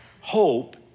hope